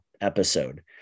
episode